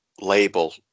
label